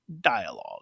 dialogue